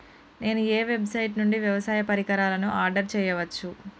నేను ఏ వెబ్సైట్ నుండి వ్యవసాయ పరికరాలను ఆర్డర్ చేయవచ్చు?